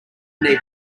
even